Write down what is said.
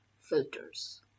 filters